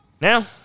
Now